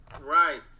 Right